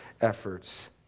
efforts